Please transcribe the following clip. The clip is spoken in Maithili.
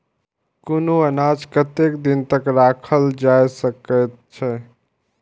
कुनू अनाज कतेक दिन तक रखल जाई सकऐत छै?